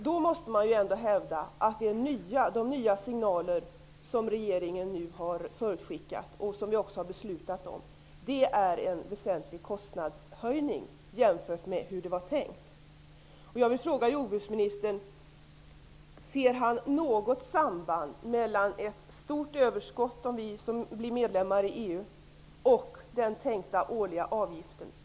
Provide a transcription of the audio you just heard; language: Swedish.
Då måste man ändå hävda att de nya signaler som regeringen nu har hissat och som vi också har fattat beslut om innebär en väsentlig kostnadshöjning jämfört med hur det var tänkt. Jag vill fråga jordbruksministern om han ser något samband mellan ett stort överskott om vi blir medlemmar i EU och den tänkta årliga avgiften.